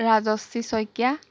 Rajashree Saikia